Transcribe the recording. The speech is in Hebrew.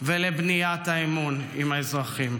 ולבניית האמון עם האזרחים.